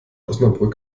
osnabrück